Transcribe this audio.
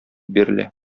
бирелә